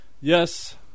Yes